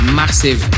massive